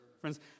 Friends